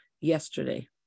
yesterday